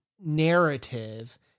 narrative